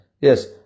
Yes